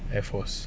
airforce